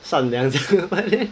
善良这样 but then